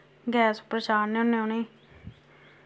gas उप्पर चाढ़ने होन्ने उ'नें गी